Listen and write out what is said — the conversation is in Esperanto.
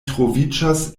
troviĝas